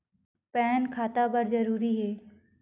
Pan खाता बर जरूरी हे?